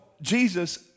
Jesus